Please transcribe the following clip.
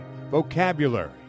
vocabulary